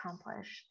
accomplished